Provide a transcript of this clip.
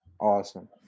Awesome